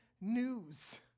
news